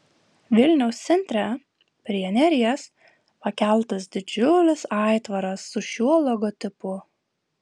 vilniaus centre prie neries pakeltas didžiulis aitvaras su šiuo logotipu